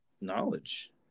knowledge